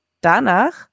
Danach